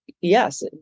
yes